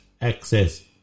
Access